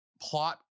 plot